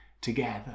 together